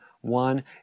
One